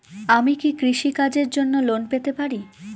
আমি কি কৃষি কাজের জন্য লোন পেতে পারি?